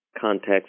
context